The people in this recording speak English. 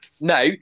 No